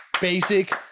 Basic